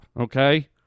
okay